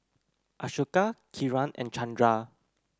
Ashoka Kiran and Chandra